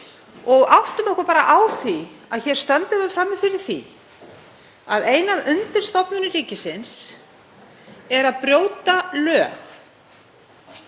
og áttum okkur á því að hér stöndum við frammi fyrir því að ein af undirstofnunum ríkisins er að brjóta lög,